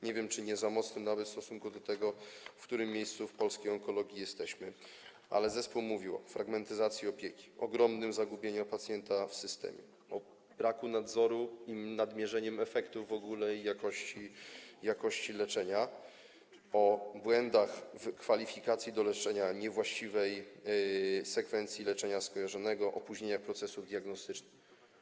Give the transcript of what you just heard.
Nie wiem, czy nie za mocnym nawet w stosunku do tego, w którym miejscu jesteśmy, jeśli chodzi o polską onkologię, ale zespół mówił o fragmentyzacji opieki, ogromnym zagubieniu pacjenta w systemie, o braku nadzoru nad mierzeniem efektów w ogóle i jakości leczenia, o błędach w kwalifikacji do leczenia, o niewłaściwej sekwencji leczenia skojarzonego, o opóźnieniach procesów diagnostycznych.